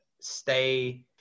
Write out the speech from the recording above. stay